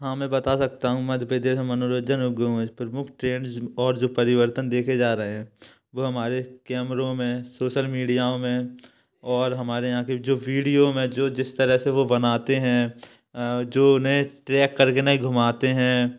हाँ मैं बता सकता हूँ मध्य प्रदेश में मनोरंजन प्रमुख ट्रेन और जो परिवर्तन देखे जा रहे हैं वो हमारे कैमरों में सोशल मीडियाओं में और हमारे यहाँ के जो वीडियो में जो जिस तरह से वो बनाते हैं जो नए ट्रैक करके नहीं घूमाते हैं